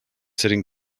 sitting